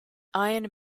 iron